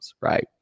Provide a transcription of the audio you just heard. right